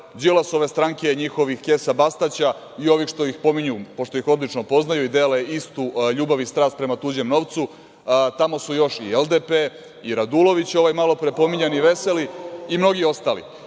Đilasove stranke, njihovih kesa Bastaća i ovih što ih pominju, pošto ih odlično poznaju i dele istu ljubav i strast prema tuđem novcu, tamo su još i LDP i Radulović, ovaj malopre pominjani veseli i mnogi ostali. Ti